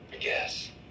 Yes